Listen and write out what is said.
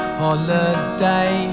holiday